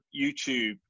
YouTube